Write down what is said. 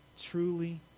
truly